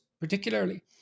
particularly